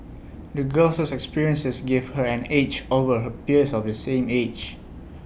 the girl's experiences gave her an edge over her peers of the same age